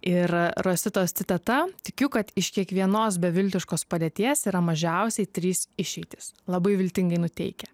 ir rositos citata tikiu kad iš kiekvienos beviltiškos padėties yra mažiausiai trys išeitys labai viltingai nuteikia